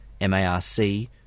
M-A-R-C